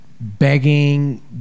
begging